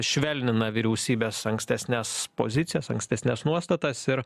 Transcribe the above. švelnina vyriausybės ankstesnes pozicijas ankstesnes nuostatas ir